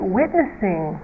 witnessing